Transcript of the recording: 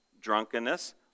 drunkenness